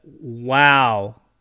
Wow